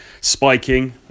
spiking